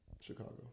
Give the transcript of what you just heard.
Chicago